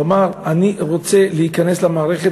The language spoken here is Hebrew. הוא אמר, אני רוצה להיכנס למערכת